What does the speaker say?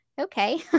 Okay